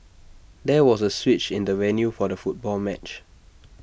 there was A switch in the venue for the football match